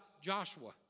Joshua